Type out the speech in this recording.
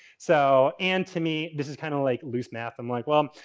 so, and to me this is kind of like loose math. i'm like, well,